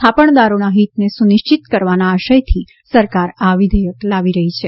થાપણદારોના હિતને સુનિશ્ચિત કરવાના આશયથી સરકાર આ વિઘેયક લાવી રહી છે